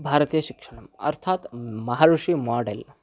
भारतीयशिक्षणम् अर्थात् महर्षि मोडेल्